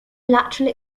lateral